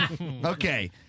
Okay